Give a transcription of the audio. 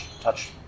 touch